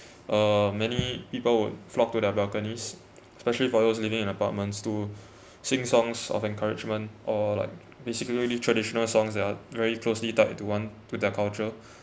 uh many people would flock to their balconies especially for those living in apartments to sing songs of encouragement or like basically really traditional songs that are very closely tied to one to their culture